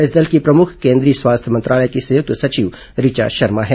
इस दल की प्रमुख केन्द्रीय स्वास्थ्य मंत्रालय की संयुक्त सचिव ऋचा शर्मा है